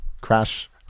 Crash